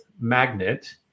magnet